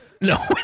No